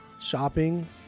shopping